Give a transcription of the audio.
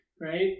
right